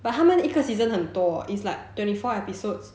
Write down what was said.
but 他们一个 season 很多 it's like twenty four episodes